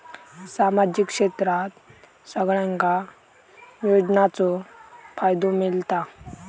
सामाजिक क्षेत्रात सगल्यांका योजनाचो फायदो मेलता?